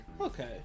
Okay